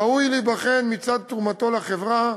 הוא ראוי להיבחן מצד תרומתו לחברה,